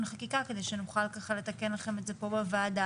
חקיקה כדי שנוכל לתקן לכם את זה פה בוועדה.